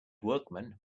workman